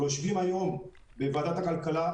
ויושבים היום בוועדת הכלכלה,